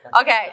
Okay